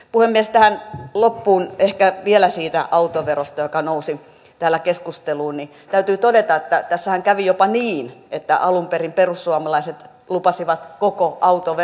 tähän loppuun ehkä vielä siitä autoverosta joka nousi täällä keskusteluun täytyy todeta että tässähän kävi jopa niin että alun perin perussuomalaiset lupasivat koko autoveron poistaa